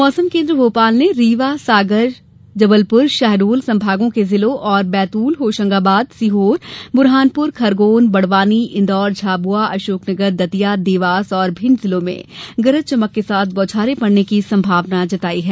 मौसम केन्द्र भोपाल ने रीवासागर जबलपुर शहडोल संभागों के जिलों और बैतूल होशंगाबाद सीहोर बुरहानपुर खरगोन बडवानी इंदौर झाबुआ अशोकनगर दतिया देवास और भिण्ड जिलों में गरज चमक के साथ बौछारें पड़ने की सम्भावना जताई है